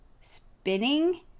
spinning